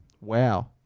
Wow